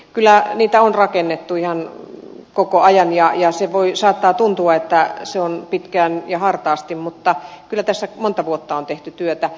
kyllä niitä on rakennettu ihan koko ajan ja saattaa tuntua että se on pitkään ja hartaasti mutta kyllä tässä monta vuotta on tehty työtä